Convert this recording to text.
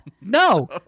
no